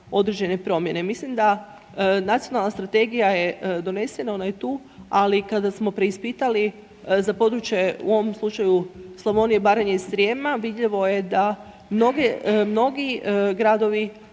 određene promjene. Mislim da nacionalna strategija je donesena, ona je tu, ali kada smo preispitali za područje, u ovom slučaju Slavonije, Baranje i Srijema, vidljivo je da mnogi gradovi